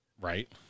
right